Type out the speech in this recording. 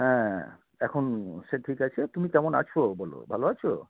হ্যাঁ এখন সে ঠিক আছে তুমি কেমন আছ বলো ভালো আছ